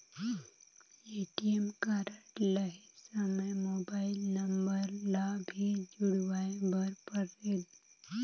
ATM card लहे समय mobile number ला भी जुड़वाए बर परेल?